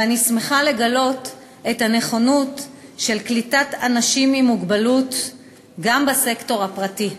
ואני שמחה לגלות את הנכונות לקליטת אנשים עם מוגבלות גם בסקטור הפרטי.